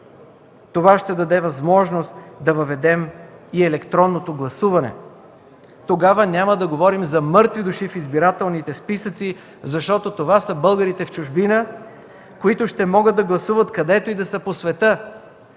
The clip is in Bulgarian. Това ще даде възможност да въведем и електронното гласуване. Тогава няма да говорим за мъртви души в избирателните списъци, защото това са българите в чужбина, които ще могат да гласуват където и да са по света.